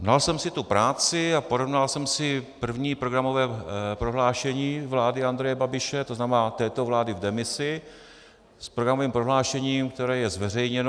Dal jsem si tu práci a porovnal jsem si první programové prohlášení vlády Andreje Babiše, to znamená této vlády v demisi, s programovým prohlášením, které je zveřejněno.